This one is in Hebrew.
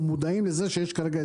שהוא יתחבר לרשת?